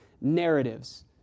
narratives